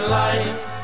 life